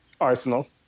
Arsenal